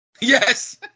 Yes